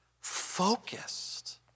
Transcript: focused